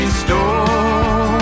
store